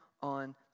on